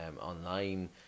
online